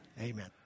Amen